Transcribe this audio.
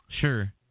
Sure